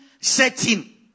setting